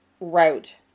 route